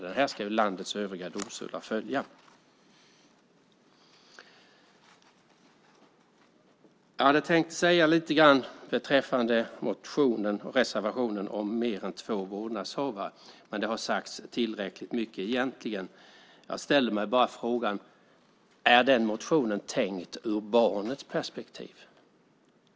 Den ska landets övriga domstolar följa. Jag hade tänkt säga lite beträffande motionen och reservationen om mer än två vårdnadshavare, men det har sagts tillräckligt mycket egentligen. Jag ställer mig bara frågan: Är den motionen tänkt ur barnets perspektiv?